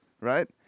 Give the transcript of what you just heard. right